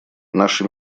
наши